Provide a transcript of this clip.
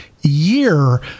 year